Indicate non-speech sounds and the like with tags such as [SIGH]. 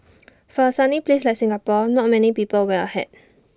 [NOISE] for A sunny place like Singapore not many people wear A hat